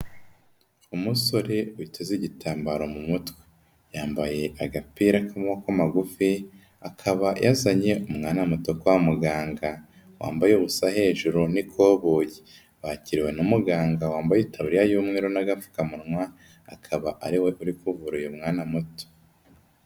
Umusore witeze igitambaro mu mutwe, yambaye agapira k'amaboko magufi, akaba yazanye umwana muto kwa muganga wambaye ubusa hejuru n'ikoboyi, bakiriwe na muganga wambaye itaburiya y'umweru n'agapfukamunwa, akaba ari we uri kuvura uyu mwana muto.